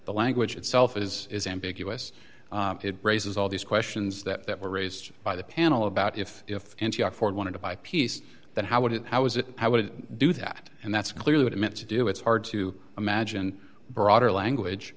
the language itself is is ambiguous it raises all these questions that were raised by the panel about if if wanted to by piece that how would it how is it i would do that and that's clearly what it meant to do it's hard to imagine broader language